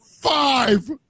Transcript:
five